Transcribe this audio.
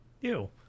Ew